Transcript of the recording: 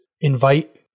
invite